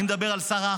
אני מדבר על שרה אחרת.